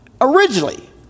originally